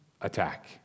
attack